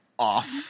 off